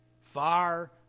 far